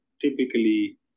typically